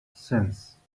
since